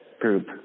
group